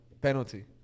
Penalty